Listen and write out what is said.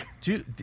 dude